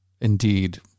indeed